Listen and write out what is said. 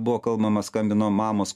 buvo kalbama skambino mamos